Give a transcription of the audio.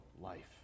life